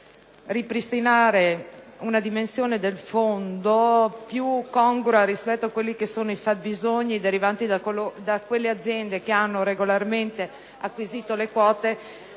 ripristinare una dimensione del fondo più congrua rispetto ai fabbisogni di quelle aziende che hanno regolarmente acquisito le quote